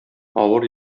авыр